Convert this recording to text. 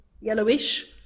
yellowish